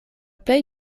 plej